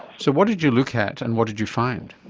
so what did you look at and what did you find?